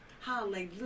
hallelujah